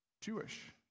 Jewish